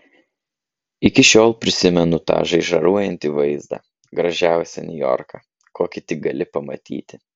iki šiol prisimenu tą žaižaruojantį vaizdą gražiausią niujorką kokį tik gali pamatyti